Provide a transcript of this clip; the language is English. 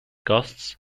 costs